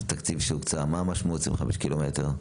התקציב שהוקצה', מה המשמעות 25 ק"מ?